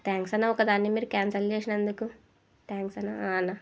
thanks అన్నా ఒక దాన్ని మీరు క్యాన్సల్ చేసినందుకు థ్యాంక్స్ అన్నా ఆ అన్నా